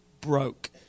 broke